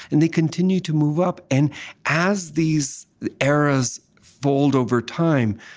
and they continue to move up. and as these eras fold over time,